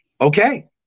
okay